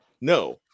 No